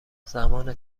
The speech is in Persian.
زمان